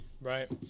Right